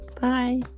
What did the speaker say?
bye